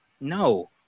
no